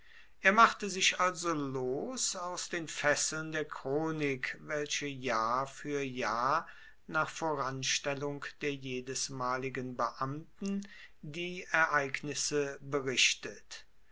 er machte sich also los aus den fesseln der chronik welche jahr fuer jahr nach voranstellung der jedesmaligen beamten die ereignisse berichtet